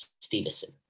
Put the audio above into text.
Stevenson